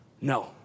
No